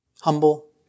Humble